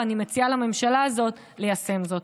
ואני מציעה לממשלה הזאת ליישם זאת.